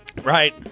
Right